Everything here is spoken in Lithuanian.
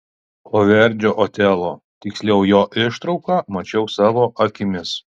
o verdžio otelo tiksliau jo ištrauką mačiau savo akimis